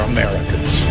Americans